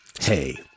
hey